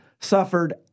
suffered